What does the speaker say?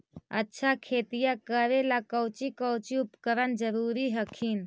अच्छा खेतिया करे ला कौची कौची उपकरण जरूरी हखिन?